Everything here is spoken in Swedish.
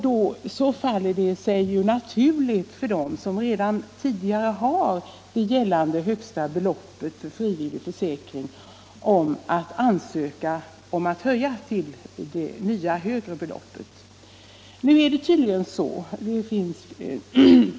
Då faller det sig naturligt för dem som redan tidigare har det högsta gällande beloppet för frivillig försäkring att ansöka om att få höja försäkringen till det nya högre beloppet.